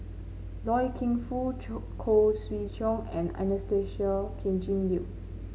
Loy Keng Foo Khoo Swee Chiow and Anastasia Tjendri Liew